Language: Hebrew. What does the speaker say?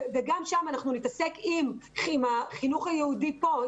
וגם שם אנחנו נתעסק עם החינוך היהודי פה,